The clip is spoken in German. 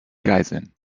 geiseln